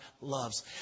loves